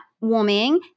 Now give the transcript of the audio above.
Warming